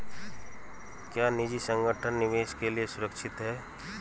क्या निजी संगठन निवेश के लिए सुरक्षित हैं?